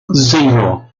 zero